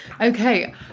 Okay